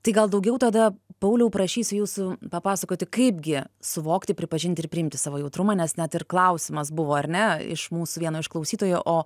tai gal daugiau tada pauliau prašysiu jūsų papasakoti kaipgi suvokti pripažinti ir priimti savo jautrumą nes net ir klausimas buvo ar ne iš mūsų vieno iš klausytojo o